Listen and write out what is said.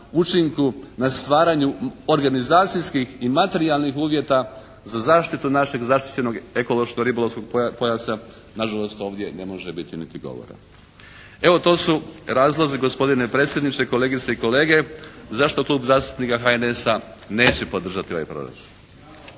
učinku na stvaranju organizacijskih i materijalnih uvjeta za zaštitu našeg zaštićenog ekološko-ribolovnog pojasa nažalost ovdje ne može biti niti govora. Evo, to su razlozi gospodine predsjedniče, kolegice i kolege zašto klub zastupnika HNS-a neće podržati ovaj proračun.